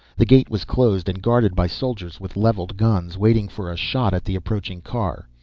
the gate was closed and guarded by soldiers with leveled guns, waiting for a shot at the approaching car.